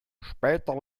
später